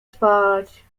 spać